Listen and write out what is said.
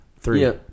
Three